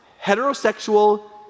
heterosexual